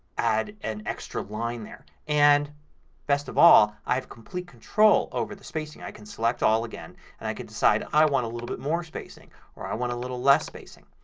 add an extra line there. and best of all i have complete control over the spacing. i can select all again and i can decide i want a little more spacing or i want a little less spacing.